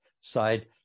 side